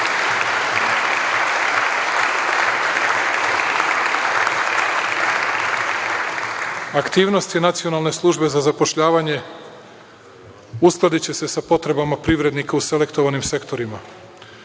govorite. Aktivnosti Nacionalne službe za zapošljavanje uskladiće se sa potrebama privrednika u selektovanim sektorima.